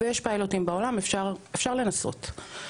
ויש פיילוטים בעולם, אפשר לנסות.